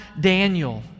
Daniel